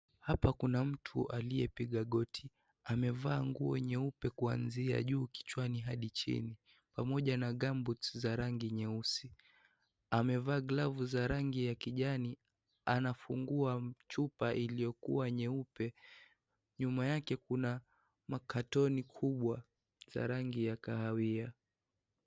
Hapa kuna mtu aliyepiga goti. Amevaa nguo nyeupe kuanzia juu kichwani hadi chini, pamoja na gumboots za rangi nyeusi. Amevaa glavu za rangi ya kijani, anafungua chupa iliyokuwa nyeupe. Nyuma yake kuna makatoni kubwa za rangi ya kahawia.